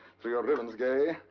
through your ribbons, gay?